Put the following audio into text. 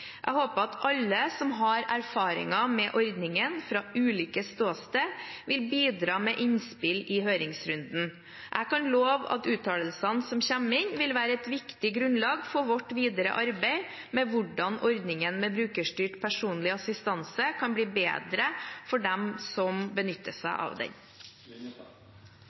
Jeg håper at alle som har erfaringer med ordningen fra ulike ståsted, vil bidra med innspill i høringsrunden. Jeg kan love at uttalelsene som kommer inn, vil være et viktig grunnlag for vårt videre arbeid med hvordan ordningen med brukerstyrt personlig assistanse kan bli bedre for de som benytter seg av